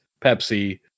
Pepsi